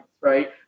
right